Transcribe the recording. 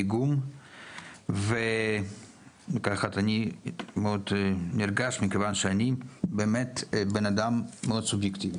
איגום ואני מאוד נרגש מכיוון שאני באמת בנאדם מאוד סובייקטיבי,